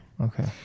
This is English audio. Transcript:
Okay